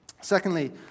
Secondly